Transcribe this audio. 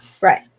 Right